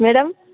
madam